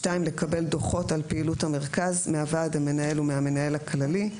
(2)לקבל דוחות על פעילות המרכז מהוועד המנהל ומהמנהל הכללי,